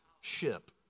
ship